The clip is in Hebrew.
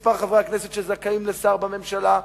מספר חברי הכנסת שזכאים לשר בממשלה,